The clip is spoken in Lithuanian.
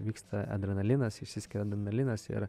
vyksta adrenalinas išsiskiria adrenalinas ir